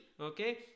okay